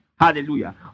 Hallelujah